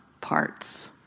parts